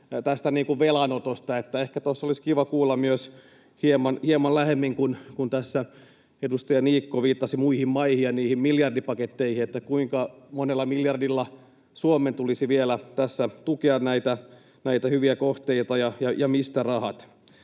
velanotosta. Ehkä olisi kiva kuulla myös hieman lähemmin, kun edustaja Niikko viittasi muihin maihin ja niihin miljardipaketteihin, kuinka monella miljardilla Suomen tulisi vielä tässä tukea näitä hyviä kohteita ja mistä rahat.